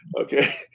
Okay